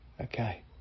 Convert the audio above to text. okay